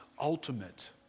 ultimate